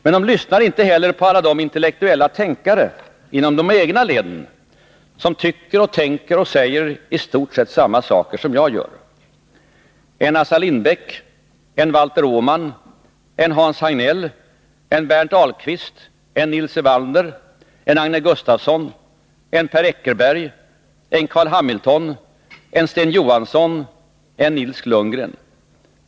Men de lyssnar inte heller på alla de intellektuella tänkare inom de egna leden som tycker och tänker och säger i stort sett samma saker som jag: en Assar Lindbeck, en Valter Åman, en Hans Hagnell, en Berndt Ahlqvist, en Nils Elvander, en Agne Gustafsson, en Per Eckerberg, en Carl Hamilton, en Sten Johansson, en Nils Lundgren.